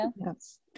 Yes